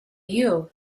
you